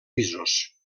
pisos